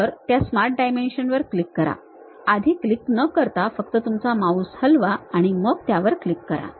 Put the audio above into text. तर त्या Smart Dimension वर क्लिक करा आधी क्लिक न करता फक्त तुमचा माउस हलवा आणि मग त्यावर क्लिक करा